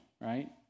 right